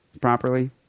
properly